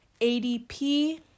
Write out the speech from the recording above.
ADP